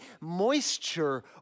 moisture